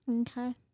Okay